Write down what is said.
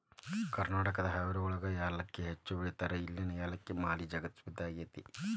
ಕರ್ನಾಟಕದ ಹಾವೇರಿಯೊಳಗ ಯಾಲಕ್ಕಿನ ಹೆಚ್ಚ್ ಬೆಳೇತಾರ, ಇಲ್ಲಿನ ಯಾಲಕ್ಕಿ ಮಾಲಿ ಜಗತ್ಪ್ರಸಿದ್ಧ ಆಗೇತಿ